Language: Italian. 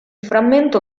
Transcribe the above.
frammento